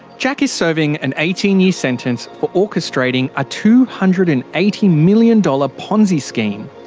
jack is serving an eighteen year sentence for orchestrating a two hundred and eighty million dollars ponzi scheme.